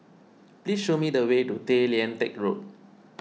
please show me the way to Tay Lian Teck Road